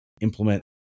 implement